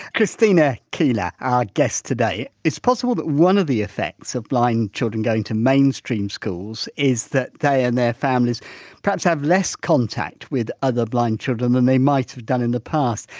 christina keiller, our guest today, it's possible that one of the effects of blind children going to mainstream schools is that they and their families perhaps have less contact with other blind children than they might have done in the past.